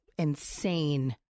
insane